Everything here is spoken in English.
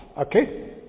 okay